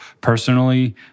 personally